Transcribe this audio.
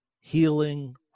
healing